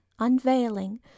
Unveiling